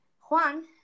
Juan